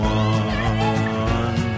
one